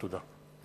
תודה.